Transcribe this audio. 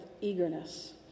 eagerness